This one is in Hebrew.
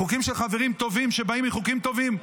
חוקים של חברים טובים שבאים מחוקים טובים,